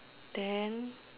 ten